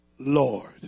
Lord